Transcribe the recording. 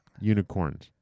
Unicorns